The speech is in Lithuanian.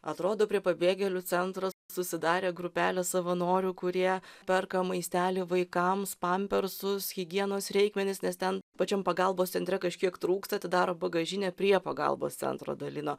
atrodo prie pabėgėlių centro susidarė grupelė savanorių kurie perka maistelį vaikams pampersus higienos reikmenis nes ten pačiam pagalbos centre kažkiek trūksta atidaro bagažinę prie pagalbos centro dalino